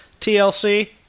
TLC